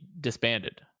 disbanded